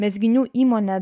mezginių įmonę